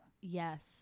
Yes